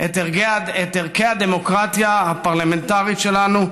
את ערכי הדמוקרטיה הפרלמנטרית שלנו,